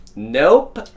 Nope